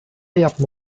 yapma